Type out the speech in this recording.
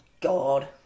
God